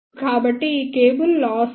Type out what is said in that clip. కాబట్టి ఈ cable loss లు ఉంటాయి